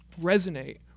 resonate